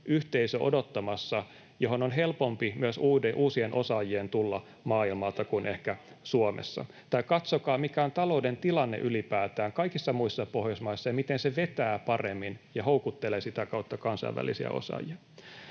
yhteisö, johon on helpompi myös uusien osaajien tulla maailmalta kuin ehkä Suomessa. [Mira Niemisen välihuuto] Tai katsokaa, mikä on talouden tilanne ylipäätään kaikissa muissa Pohjoismaissa, ja miten se vetää paremmin ja houkuttelee sitä kautta kansainvälisiä osaajia.